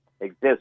exist